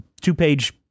two-page